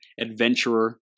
adventurer